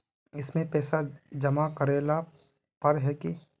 इसमें पैसा जमा करेला पर है की?